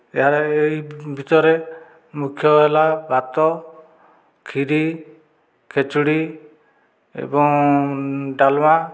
ଏହାର ଏହି ଭିତରେ ମୁଖ୍ୟ ହେଲା ଭାତ ଖିରି ଖେଚୁଡ଼ି ଏବଂ ଡାଲମା